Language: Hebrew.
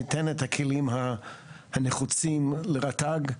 שניתן את הכלים הנחוצים לרת"ג.